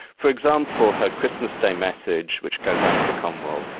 for example, her christmas day message which goes out to the commonwealth,